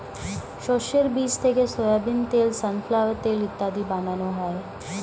শস্যের বীজ থেকে সোয়াবিন তেল, সানফ্লাওয়ার তেল ইত্যাদি বানানো হয়